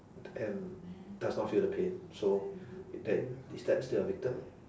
and does not feel the pain so that is that still a victim